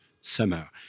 summer